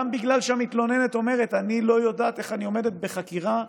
בגלל שהמתלוננת אומרת: אני לא יודעת איך אני עומדת בחקירה,